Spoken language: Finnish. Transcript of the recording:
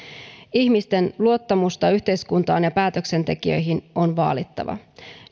ihmisten luottamusta yhteiskuntaan ja päätöksentekijöihin on vaalittava